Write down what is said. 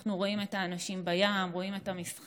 אנחנו רואים אנשים בים, רואים את המסחר,